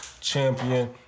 champion